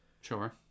Sure